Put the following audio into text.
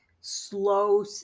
slow